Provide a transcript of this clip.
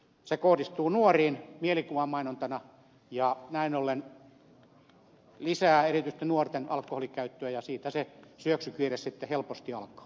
se kohdistuu nuoriin mielikuvamainontana ja näin ollen lisää erityisesti nuorten alkoholinkäyttöä ja siitä se syöksykierre sitten helposti alkaa